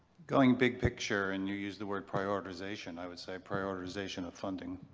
going big picture and you use the word prioritization, i would say prioritization of funding.